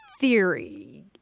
theory